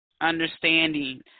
understanding